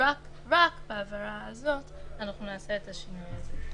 שרק בעבירה הזאת אנחנו נעשה את השינוי הזה.